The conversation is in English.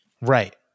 Right